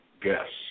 guests